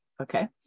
Okay